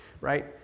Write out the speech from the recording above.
right